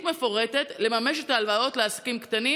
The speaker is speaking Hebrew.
מפורטת לממש את ההלוואות לעסקים קטנים.